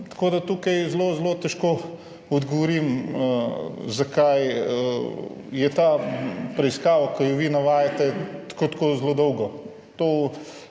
Tako da tukaj zelo zelo težko odgovorim, zakaj je ta preiskava, ki jo vi navajate, tako zelo dolga.